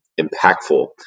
impactful